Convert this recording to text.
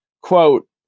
Quote